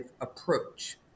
approach